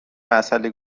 مسئله